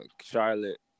Charlotte